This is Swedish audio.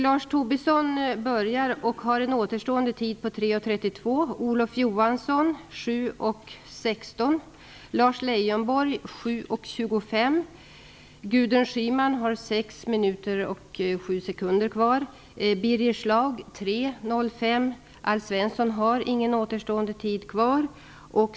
Lars Tobisson börjar och har en återstående tid på 3.32 minuter, Olof Johansson 7.16 minuter, Lars Leijonborg 7.25 minuter, Gudrun Schyman Svensson har ingen taletid kvar.